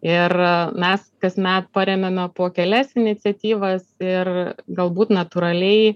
ir mes kasmet paremiame po kelias iniciatyvas ir galbūt natūraliai